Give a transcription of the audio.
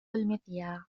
المذياع